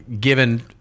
given